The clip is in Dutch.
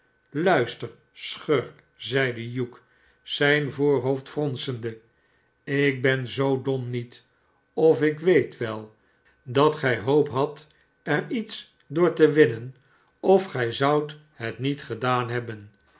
luister schurk zeide hugh zijn voorhoofd fronsende ik ben zoo dom met of uc weet wel dat gij hoop hadt er iets door te winnen of gy zoudt het met gedaan hebben